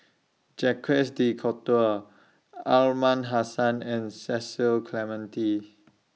Jacques De Coutre Are Aliman Hassan and Cecil Clementi